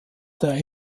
der